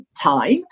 time